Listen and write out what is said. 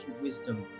wisdom